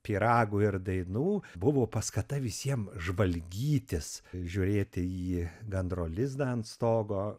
pyragų ir dainų buvo paskata visiem žvalgytis žiūrėti į gandro lizdą ant stogo